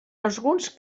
alguns